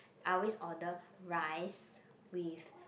I always order rice with